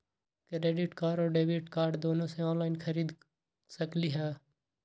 Credit card और debit card दोनों से ऑनलाइन खरीद सकली ह?